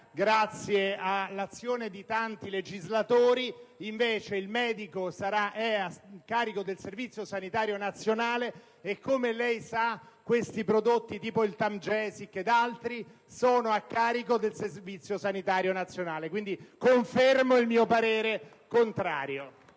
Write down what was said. grazie all'azione di tanti legislatori, il medico invece è a carico del Servizio sanitario nazionale e, come lei sa, prodotti quali il Temgesic ed altri sono a carico del Servizio sanitario nazionale. Confermo, pertanto, il mio parere contrario